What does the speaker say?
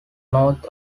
north